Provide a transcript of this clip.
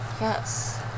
yes